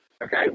Okay